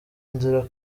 nzira